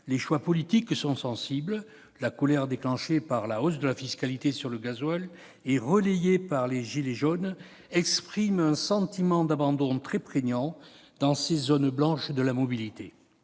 les choix politiques sont sensibles : la colère déclenchée par la hausse de la fiscalité sur le gazole et relayée par les « gilets jaunes » exprime un sentiment d'abandon très prégnant dans ces « zones blanches » de la mobilité.